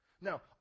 Now